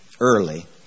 early